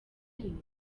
rimwe